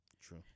True